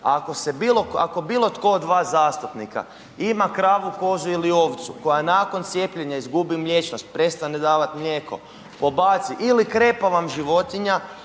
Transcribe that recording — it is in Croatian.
Ako bilo tko od vas zastupnika ima kravu, kozu ili ovcu koja nakon cijepljenja izgubi mliječnost, prestane davati mlijeko, pobaci ili krepa vam životinja